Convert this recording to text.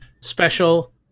special